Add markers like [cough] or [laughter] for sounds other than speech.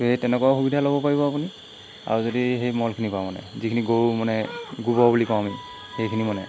[unintelligible] সেই তেনেকুৱাও সুবিধা ল'ব পাৰিব আপুনি আৰু যদি সেই মলখিনিৰপৰা মানে যিখিনি গৰু মানে গোবৰ বুলি কওঁ আমি সেইখিনি মানে